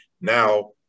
now